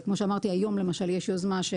היום, למשל, יש יוזמה.